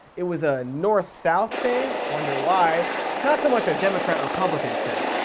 it was a north south thing wonder why not so much a democrat republican thing.